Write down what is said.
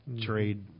trade